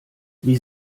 wie